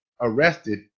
arrested